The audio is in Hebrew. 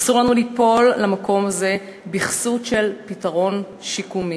אסור לנו ליפול למקום הזה בכסות של פתרון שיקומי.